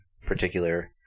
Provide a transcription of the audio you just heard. particular